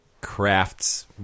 crafts